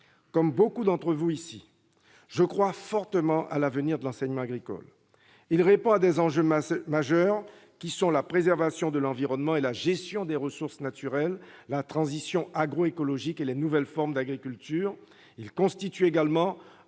comme beaucoup d'entre vous, je crois fortement en l'avenir de l'enseignement agricole. Il répond aux enjeux majeurs que sont la préservation de l'environnement et la gestion des ressources naturelles, la transition agroécologique et les nouvelles formes d'agriculture. Il constitue également un